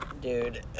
Dude